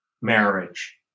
marriage